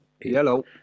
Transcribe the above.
hello